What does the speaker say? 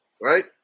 right